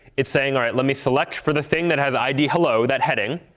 it's saying, all right, let me select for the thing that has id hello, that heading.